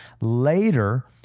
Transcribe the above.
Later